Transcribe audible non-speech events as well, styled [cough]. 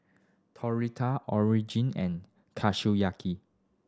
Tortilla Origin and [unintelligible]